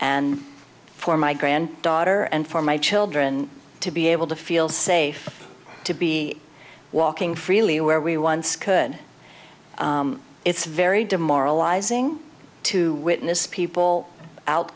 and for my granddaughter and for my children to be able to feel safe to be walking freely where we once could it's very demoralizing to witness people out